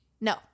No